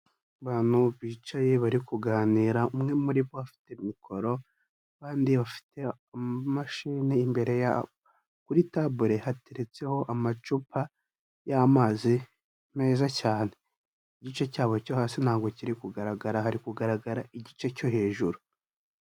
Abantu bicaye bari kuganira, umwe muri bo bafite mikoro abandi bafite amamashini imbere yabo kuri table hateretseho amacupa y'amazi meza cyane, igice cyabo cyo hasi ntabwo kiri kugaragara, hari kugaragara igice cyo hejuru.